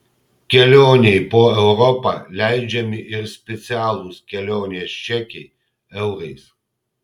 kelionei po europą leidžiami ir specialūs kelionės čekiai eurais